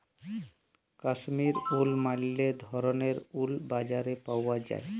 Kashmir wool ম্যালা ধরলের wool বাজারে পাউয়া যায়